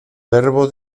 verbo